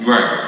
Right